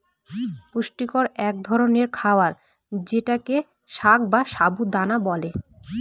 পুষ্টিকর এক ধরনের খাবার যেটাকে সাগ বা সাবু দানা বলে